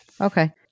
Okay